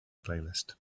playlist